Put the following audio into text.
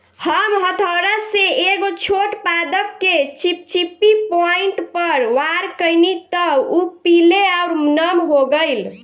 हम हथौड़ा से एगो छोट पादप के चिपचिपी पॉइंट पर वार कैनी त उ पीले आउर नम हो गईल